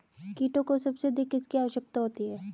कीटों को सबसे अधिक किसकी आवश्यकता होती है?